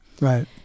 Right